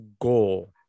goal